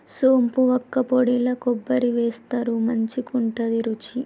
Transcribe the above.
సోంపు వక్కపొడిల కొబ్బరి వేస్తారు మంచికుంటది రుచి